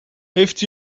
heeft